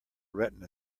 retina